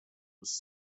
was